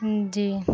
جی